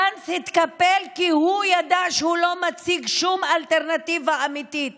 גנץ התקפל כי הוא ידע שהוא לא מציג שום אלטרנטיבה אמיתית